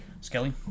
Skelly